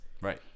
Right